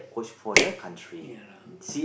ya lah